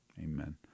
Amen